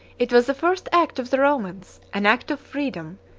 it was the first act of the romans, an act of freedom,